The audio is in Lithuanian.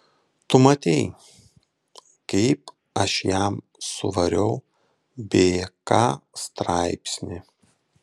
tu matei kaip aš jam suvariau bk straipsnį